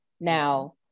Now